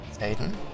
Aiden